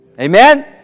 Amen